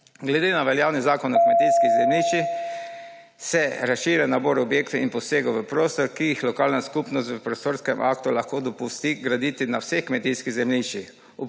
Glede na veljavni zakon o kmetijskih zemljiščih se razširja nabor objektov in posegov v prostor, ki jih lokalna skupnost v prostorskem aktu lahko dopustiti graditi na vseh kmetijskih zemljiščih.